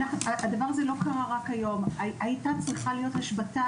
הדבר הזה לא קרה רק היום הייתה צריכה להיות היום השבתה,